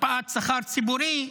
הקפאת שכר ציבורי,